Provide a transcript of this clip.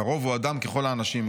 לרוב הוא אדם ככל האנשים.